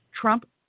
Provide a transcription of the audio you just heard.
Trump